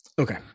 Okay